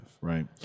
right